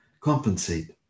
compensate